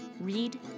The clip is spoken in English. read